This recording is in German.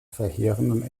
verheerenden